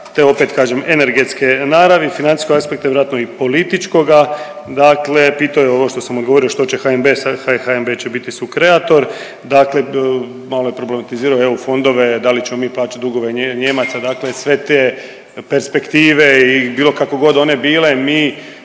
te opet kažem energetske naravi, financijskog aspekta i vjerojatno i političkoga, dakle pitao je ovo što sam odgovorio što će HNB, HNB će biti sukreator, dakle malo je problematizirao eu fondove, da li ćemo mi plaćat dugove Nijemaca, dakle sve te perspektive i bilo kako god one bile mi